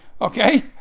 Okay